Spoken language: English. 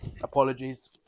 Apologies